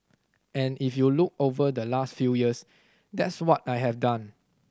and if you look over the last few years that's what I have done